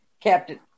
Captain